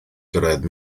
gyrraedd